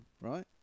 right